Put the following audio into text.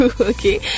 Okay